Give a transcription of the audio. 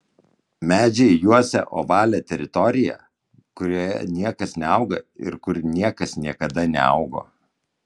medžiai juosia ovalią teritoriją kurioje niekas neauga ir kur niekas niekada neaugo